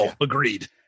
agreed